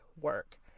work